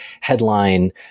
headline